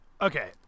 okay